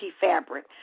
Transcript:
fabric